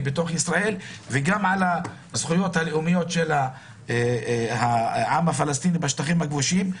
בתוך ישראל וגם על הזכויות הלאומיות של העם הפלסטיני בשטחים הכבושים.